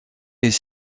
est